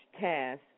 task